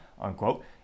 unquote